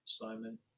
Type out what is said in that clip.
Simon